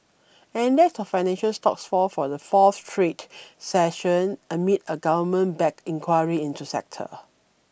an index of financial stocks fall for the fourth straight session amid a government backed inquiry into the sector